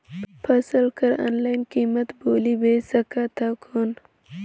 फसल कर ऑनलाइन कीमत बोली बेच सकथव कौन?